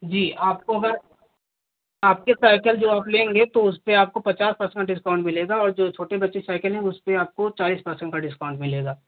जी आपको अगर आपके साइकेल जो आप लेंगे तो उस पर आपको पचास पर्सेंट डिस्काउंट मिलेगा और जो छोटे बच्चे साइकिल हैं उस पर आपको चालीस पर्सेंट का डिस्काउंट मिलेगा